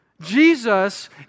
Jesus